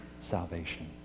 salvation